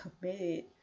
committed